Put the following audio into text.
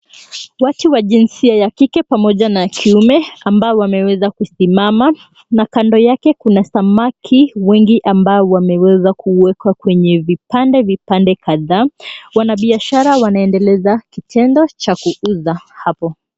Watu wa jinsia ya kike pamoja na wa kiume ambao wameweza kusimama na kando yake kuna samaki wengi ambao wameweza kuwekwa kwenye vipande vipande kadhaa. Wanabiashara wanaendeleza kitendo cha kuuza hapo.